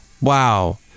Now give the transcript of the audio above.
Wow